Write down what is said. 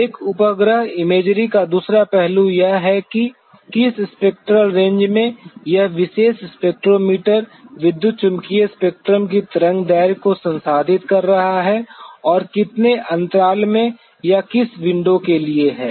एक उपग्रह इमेजरी का दूसरा पहलू यह है कि किस स्पेक्ट्रल रेंज में यह विशेष स्पेक्ट्रोमीटर विद्युत चुम्बकीय स्पेक्ट्रम की तरंग दैर्ध्य को संसाधित कर रहा है और कितने अंतराल में या किस विंडो के लिए है